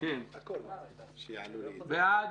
מי בעד?